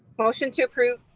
motion to approve.